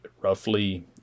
roughly